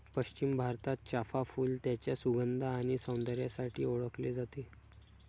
पश्चिम भारतात, चाफ़ा फूल त्याच्या सुगंध आणि सौंदर्यासाठी ओळखले जाते